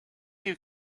you